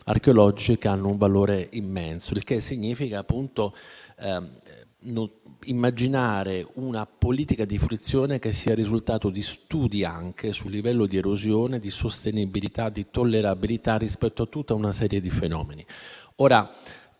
archeologici che hanno un valore immenso. Ciò significa immaginare una politica di fruizione che sia il risultato di studi sul livello di erosione, di sostenibilità, di tollerabilità rispetto a tutta una serie di fenomeni. È